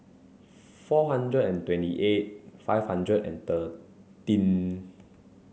four hundred and twenty eight five hundred and thirteen